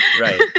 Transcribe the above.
right